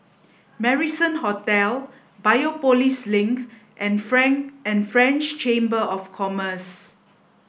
Marrison Hotel Biopolis Link and Frank and French Chamber of Commerce